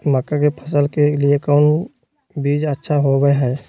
मक्का के फसल के लिए कौन बीज अच्छा होबो हाय?